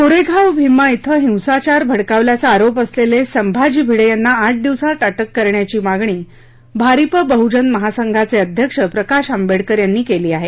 कोरेगाव भीमा ॐ हिंसाचार भडकावल्याचा आरोप असलेले संभाजी भिडे यांना आठ दिवसात अटक करण्याची मागणी भारिप बह्जन महासंघाचे अध्यक्ष प्रकाश आंबेडकर यांनी केली आहे